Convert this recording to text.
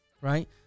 right